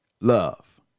love